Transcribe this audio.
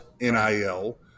NIL